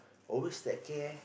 always take care